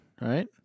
right